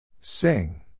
Sing